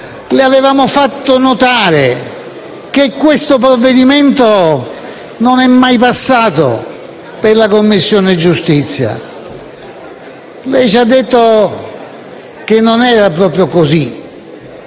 le abbiamo fatto notare che questo provvedimento non è mai passato per la Commissione giustizia. Lei ci ha detto che non era proprio così.